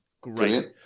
Great